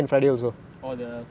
but people follow meh